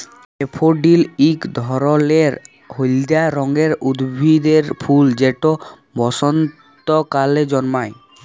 daffodil ইক ধরলের হইলদা রঙের উদ্ভিদের ফুল যেট বসল্তকালে জল্মায়